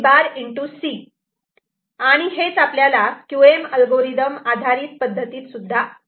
C आणि हेच आपल्याला QM अल्गोरिदम आधारित पद्धतीत सुद्धा आले